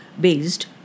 based